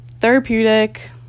therapeutic